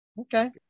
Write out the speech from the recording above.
okay